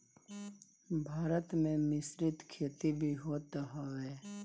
भारत में मिश्रित खेती भी होत हवे